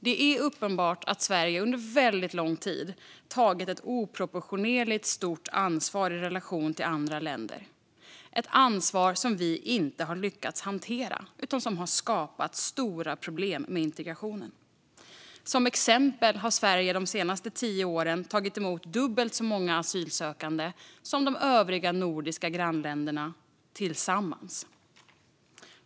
Det är uppenbart att Sverige under väldigt lång tid har tagit ett oproportionerligt stort ansvar i relation till andra länder - ett ansvar som vi inte lyckats hantera utan som har skapat stora problem med integrationen. Som exempel har Sverige de senaste tio åren tagit emot dubbelt så många asylsökande som våra nordiska grannländer tillsammans.